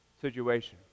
situation